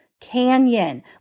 Canyon